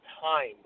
time